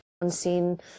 unseen